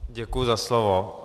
Děkuji za slovo.